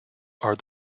are